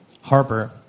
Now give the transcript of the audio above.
Harper